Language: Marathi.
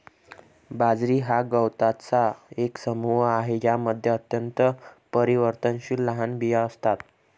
बाजरी हा गवतांचा एक समूह आहे ज्यामध्ये अत्यंत परिवर्तनशील लहान बिया आहेत